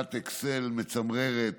טבלת אקסל מצמררת,